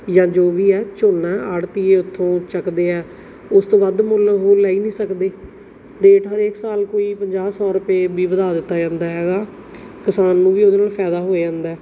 ਜਾਂ ਜੋ ਵੀ ਹੈ ਝੋਨਾ ਆੜਤੀਏ ਉੱਥੋਂ ਚੁੱਕਦੇ ਆ ਉਸ ਤੋਂ ਵੱਧ ਮੁੱਲ ਉਹ ਲੈ ਹੀ ਨਹੀਂ ਸਕਦੇ ਰੇਟ ਹਰੇਕ ਸਾਲ ਕੋਈ ਪੰਜਾਹ ਸੌ ਰੁਪਏ ਵੀ ਵਧਾ ਦਿੱਤਾ ਜਾਂਦਾ ਹੈਗਾ ਕਿਸਾਨ ਨੂੰ ਵੀ ਉਹਦੇ ਨਾਲ ਫ਼ਾਇਦਾ ਹੋ ਜਾਂਦਾ